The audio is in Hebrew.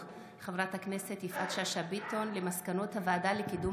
חברת הכנסת יפעת שאשא ביטון על מסקנות הוועדה לקידום